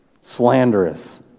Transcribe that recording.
slanderous